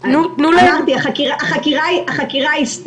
אז תקבלו החלטה.